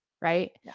right